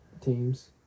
teams